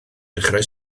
dechrau